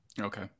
okay